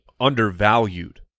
undervalued